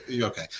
Okay